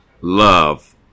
Love